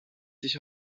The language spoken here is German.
sich